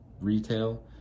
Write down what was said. retail